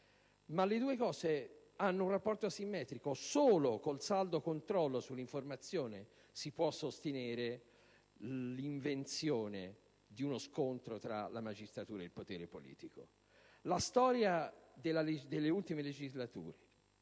Le due cose hanno un rapporto simmetrico: solo con il saldo controllo sull'informazione si può sostenere l'invenzione di uno scontro tra la magistratura e il potere politico. La storia delle ultime legislature